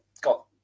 got